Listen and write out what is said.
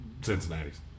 Cincinnati's